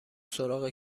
سراغ